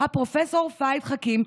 פרופ' פהד חכים,